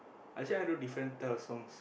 actually I want do different type of songs